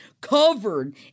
covered